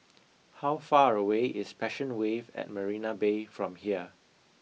how far away is Passion Wave at Marina Bay from here